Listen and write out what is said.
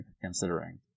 considering